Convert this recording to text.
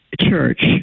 Church